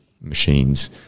machines